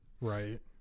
right